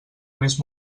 més